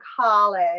college